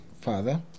father